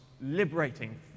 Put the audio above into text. liberating